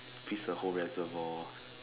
freeze a whole reservoir